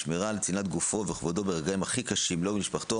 שמירה על צנעת גופו ופרטיותו ברגעים הכי קשים לו ולמשפחתו